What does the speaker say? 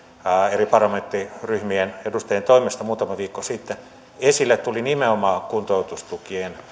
eri parlamenttiryhmien edustajien toimesta muutama viikko sitten esille tuli nimenomaan kuntoutustukien